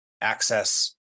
access